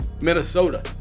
Minnesota